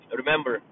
remember